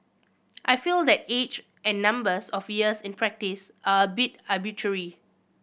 I feel that age and numbers of years in practice are a bit arbitrary